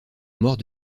mort